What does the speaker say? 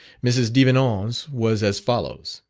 mrs. devenant's was as follows